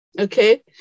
okay